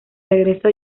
regreso